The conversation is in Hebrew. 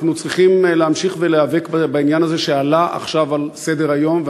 אנחנו צריכים להמשיך ולהיאבק בעניין הזה שעלה עכשיו על סדר-היום.